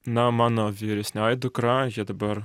na mano vyresnioji dukra dabar